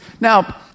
Now